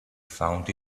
found